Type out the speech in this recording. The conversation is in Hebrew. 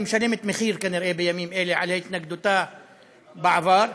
והיא משלמת מחיר כנראה בימים אלה על התנגדותה בעבר.